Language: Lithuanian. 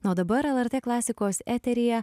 na o dabar lrt klasikos eteryje